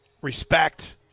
respect